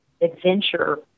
adventure